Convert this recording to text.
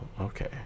okay